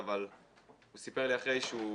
בנאדם מאוד לא אלים,